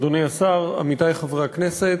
אדוני השר, עמיתי חברי הכנסת,